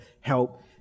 help